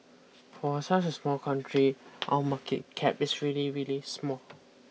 for such a small country our market cap is really really small